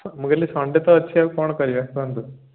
ତ ମୁଁ କହିଲି ସନ୍ଡ଼େ ତ ଅଛି ଆଉ କ'ଣ କରିବା କୁହନ୍ତୁ